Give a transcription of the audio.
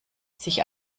sich